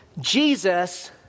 Jesus